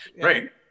great